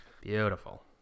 Beautiful